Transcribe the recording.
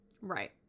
right